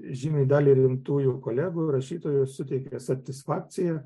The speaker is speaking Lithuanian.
žymiai daliai rimtųjų kolegų rašytojų suteikė satisfakciją